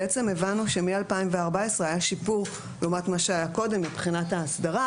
בעצם הבנו שמ-2014 היה שיפור לעומת מה שהיה קודם מבחינת ההסדרה,